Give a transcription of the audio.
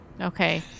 Okay